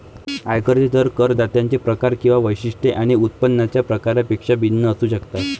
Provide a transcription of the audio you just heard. आयकरांचे दर करदात्यांचे प्रकार किंवा वैशिष्ट्ये आणि उत्पन्नाच्या प्रकारापेक्षा भिन्न असू शकतात